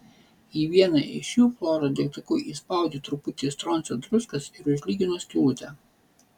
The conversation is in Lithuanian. į vieną iš jų flora degtuku įspaudė truputį stroncio druskos ir užlygino skylutę